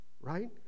right